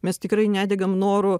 mes tikrai nedegam noru